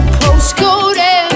postcode